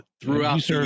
throughout